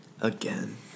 Again